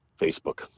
Facebook